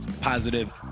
positive